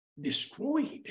Destroyed